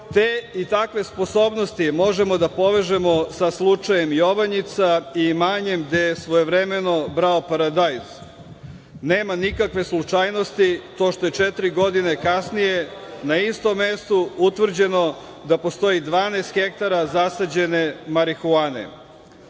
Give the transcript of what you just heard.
Te i takve sposobnosti možemo da povežemo sa slučajem Jovanjica, imanjem gde je svojevremeno brao paradajz. Nema nikakve slučajnosti to što je četiri godine kasnije na istom mestu utvrđeno da postoji 12 hektara zasađene marihuane. Mislim,